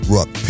Ruck